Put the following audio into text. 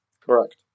Correct